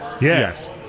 Yes